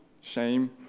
shame